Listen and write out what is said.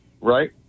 right